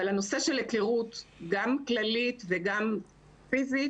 אבל הנושא של היכרות גם כללית וגם פיזית,